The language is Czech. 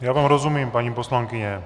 Já vám rozumím, paní poslankyně.